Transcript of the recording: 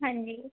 ਹਾਂਜੀ